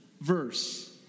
verse